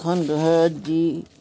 এখন ঘৰত যি